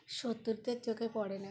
শত্রুদের চোখে পড়ে না